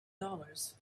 dollars